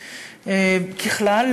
ככלל,